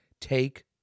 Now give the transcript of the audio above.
Take